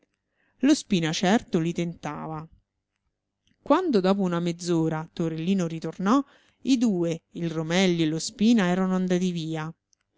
lo spina certo li tentava quando dopo una mezz'ora torellino ritornò i due il romelli e lo spina erano andati via